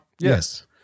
Yes